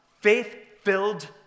faith-filled